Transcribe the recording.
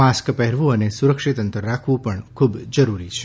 mask પહેરવું અને સુરક્ષિત અંતર રાખવું જરૂરી છે